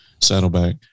Saddleback